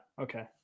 Okay